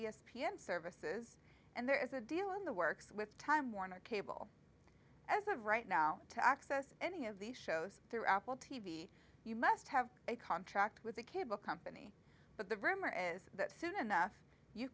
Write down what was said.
n services and there is a deal in the works with time warner cable as of right now to access any of the shows through apple t v you must have a contract with a cable company but the rumor is that soon enough you